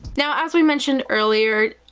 now, as we mentioned earlier,